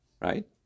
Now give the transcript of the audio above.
Right